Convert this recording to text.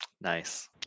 Nice